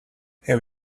have